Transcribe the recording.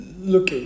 look